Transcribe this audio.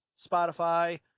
Spotify